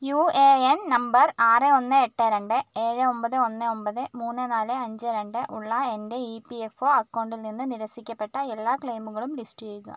U A N number ആറ് ഒന്ന് എട്ട് രണ്ട് ഏഴ് ഒൻപത് ഒന്ന് ഒൻപത് മൂന്ന് നാല് അഞ്ച് രണ്ട് ഉള്ള എൻ്റെ ഇ പി എഫ് ഒ അക്കൗണ്ടിൽ നിന്ന് നിരസിക്കപ്പെട്ട എല്ലാ ക്ലെയിമുകളും ലിസ്റ്റ് ചെയ്യുക